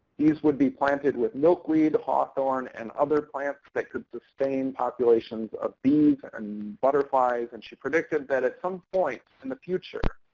these would be planted with milkweed, hawthorn, and other plants that could sustain populations of bees and butterflies. and she predicted that at some point in the future,